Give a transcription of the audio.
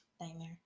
nightmare